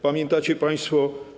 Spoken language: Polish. Pamiętacie państwo?